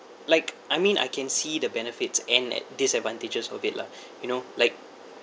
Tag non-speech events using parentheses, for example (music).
like I mean I can see the benefits and ad~ disadvantages of it lah (breath) you know like